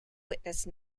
witnessed